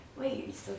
Wait